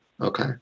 Okay